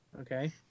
okay